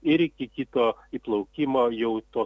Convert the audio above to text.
ir iki kito įplaukimo jau tos